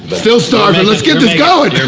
but still starving, let's get this goin'.